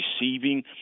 receiving